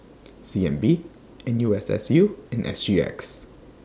C N B N U S S U and S G X